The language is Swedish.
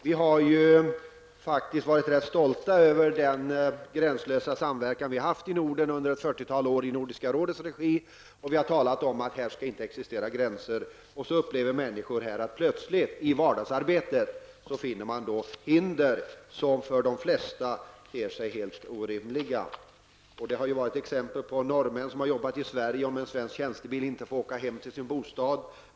Vi har faktiskt varit ganska stolta över den gränslösa samverkan vi har haft i Norden under ett fyrtiotal år i Nordiska rådets regi, och vi har talat om att det inte skall existera gränser. Ändock upplever människor att det plötsligt i vardagsarbetet finns hinder som för de flesta ter sig helt orimliga. Det har funnits exempel på norrmän som har arbetat i Sverige och som inte har fått åka hem till sin bostad med en svensk tjänstebil.